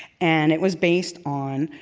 and it was based on